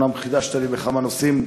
אומנם חידשת לי בכמה נושאים,